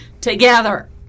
together